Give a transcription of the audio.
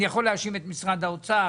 אני יכול להאשים את משרד האוצר,